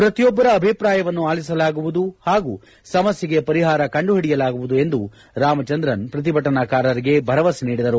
ಪ್ರತಿಯೊಬ್ಬರ ಅಭಿಪ್ರಾಯವನ್ನು ಆಲಿಸಲಾಗುವುದು ಹಾಗೂ ಸಮಸ್ನೆಗೆ ಪರಿಹಾರ ಕಂಡು ಹಿಡಿಯಲಾಗುವುದು ಎಂದು ರಾಮಚಂದ್ರನ್ ಪ್ರತಿಭಟನಾಕಾರರಿಗೆ ಭರವಸೆ ನೀಡಿದರು